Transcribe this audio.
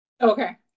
Okay